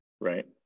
right